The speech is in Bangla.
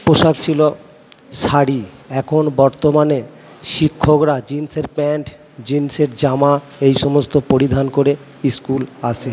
পোশাক ছিলো শাড়ি একন বর্তমানে শিক্ষকরা জিন্সের প্যান্ট জিন্সের জামা এই সমস্ত পরিধান করে স্কুল আসে